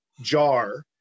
jar